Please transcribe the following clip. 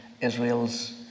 Israel's